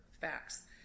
facts